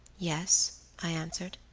yes, i answered.